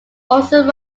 also